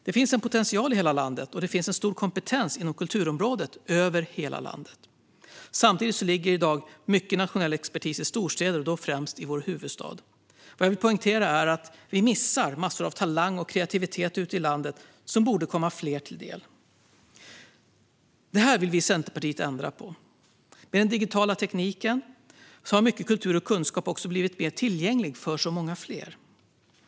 Det finns en potential i hela landet, och det finns en stor kompetens inom kulturområdet över hela landet. Samtidigt ligger i dag mycket nationell expertis i storstäder, främst i vår huvudstad. Vad jag vill poängtera är att vi missar massor av talang och kreativitet ute i landet som borde komma fler till del. Det här vill vi i Centerpartiet ändra på. Med den digitala tekniken har mycket kultur och kunskap också blivit mer tillgänglig för så många fler.